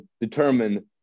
determine